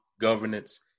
governance